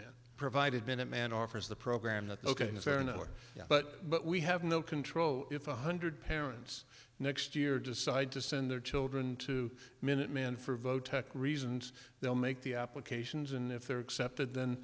man provided minuteman offers the program that ok but but we have no control if one hundred parents next year decide to send their children to minutemen for vote reasons they'll make the applications and if they're accepted th